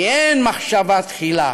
כי אין מחשבה תחילה,